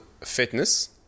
fitness